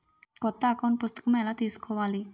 కొత్త అకౌంట్ పుస్తకము ఎలా తీసుకోవాలి?